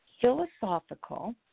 philosophical